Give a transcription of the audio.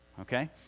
Okay